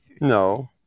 No